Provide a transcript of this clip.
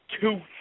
two